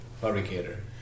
fabricator